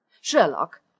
Sherlock